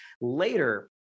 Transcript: later